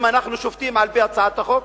אם אנחנו שופטים על-פי הצעת החוק.